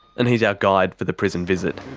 and he's our guide for the prison visit.